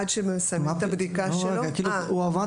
עד שמסיימים את הבדיקה שלו --- הוא עומד